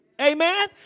Amen